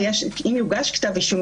אם יוגש כתב אישום,